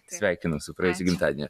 sveikinu su praėjusiu gimtadieniu